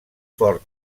fort